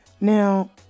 now